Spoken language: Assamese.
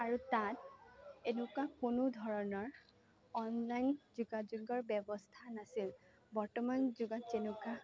আৰু তাত এনেকুৱা কোনো ধৰণৰ অনলাইন যোগাযোগৰ ব্যৱস্থা নাছিল বৰ্তমান যুগত যেনেকুৱা